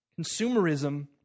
Consumerism